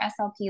slps